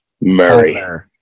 Murray